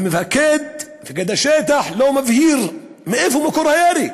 המפקד, מפקד השטח, לא מבהיר מה מקור הירי,